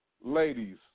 ladies